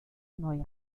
neue